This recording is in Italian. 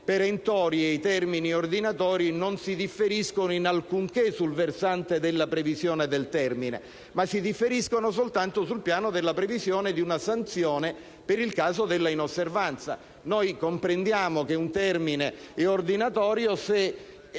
perentori e quelli ordinatori non differiscono in alcunché sul versante della previsione del termine, ma differiscono solo sul piano della previsione di una sanzione nel caso della loro inosservanza. Noi comprendiamo che un termine è ordinatorio